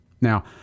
Now